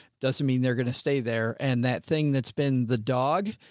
doesn't mean they're going to stay there. and that thing that's been the dog.